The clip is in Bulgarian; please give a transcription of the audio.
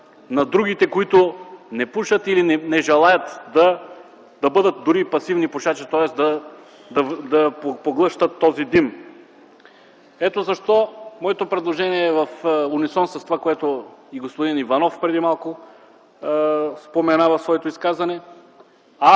на другите, които не пушат или не желаят да бъдат пасивни пушачи, тоест да поглъщат този дим. Ето защо моето предложение е в унисон с това, което и господин Иванов преди малко спомена в своето изказване –